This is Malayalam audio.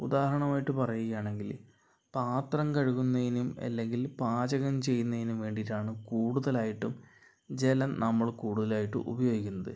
ഉദാഹരണം ആയിട്ട് പറയുകയാണെങ്കില് പാത്രം കഴുകുന്നതിനും അല്ലെങ്കിൽ പാചകം ചെയ്യുന്നതിനും വേണ്ടീട്ടാണ് കൂടുതലായിട്ടും ജലം നമ്മള് കൂടുതലായിട്ടും ഉപയോഗിക്കുന്നത്